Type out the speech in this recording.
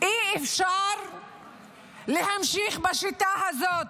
אי-אפשר להמשיך בשיטה הזאת.